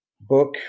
book